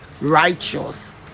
righteous